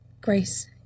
grace